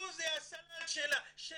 פה זה הסלט של המוסדות.